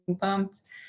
bumped